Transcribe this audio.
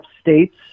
states